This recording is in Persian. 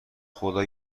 خدا